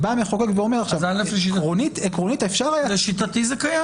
והמחוקק אומר: עקרונית אפשר היה -- לשיטתי זה קיים.